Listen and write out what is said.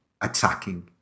attacking